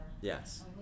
Yes